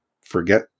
forget